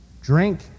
drink